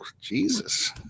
Jesus